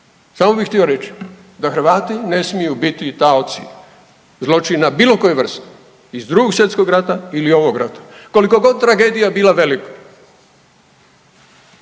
Samo bi htio reći da Hrvati ne smiju biti taoci zločina bilo koje vrste iz II. Svjetskog rata ili ovog rata koliko god tragedija bila velika.